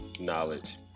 knowledge